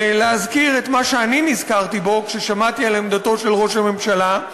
ולהזכיר את מה שאני נזכרתי בו כששמעתי על עמדתו של ראש הממשלה.